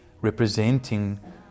representing